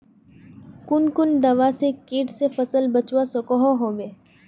कुन कुन दवा से किट से फसल बचवा सकोहो होबे?